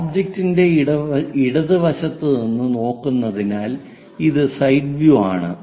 ഒബ്ജക്റ്റിന്റെ ഇടതുവശത്ത് നിന്ന് നോക്കുന്നതിനാൽ ഇത് സൈഡ് വ്യൂ ആണ്